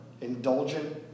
indulgent